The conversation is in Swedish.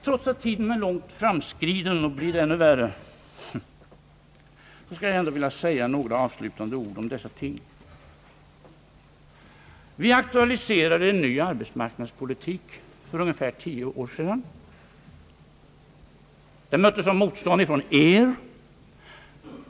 Trots att tiden är långt framskriden och blir det ännu mera vill jag säga några avslutande ord om dessa ting. Vi aktualiserade en ny arbetsmarknadspolitik för ungefär 10 år sedan. Den möttes av motstånd från er.